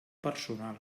personal